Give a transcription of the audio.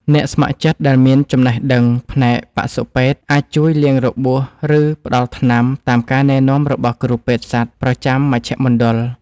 អ្នកស្ម័គ្រចិត្តដែលមានចំណេះដឹងផ្នែកបសុពេទ្យ អាចជួយលាងរបួស ឬផ្ដល់ថ្នាំតាមការណែនាំរបស់គ្រូពេទ្យសត្វប្រចាំមជ្ឈមណ្ឌល។